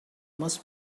must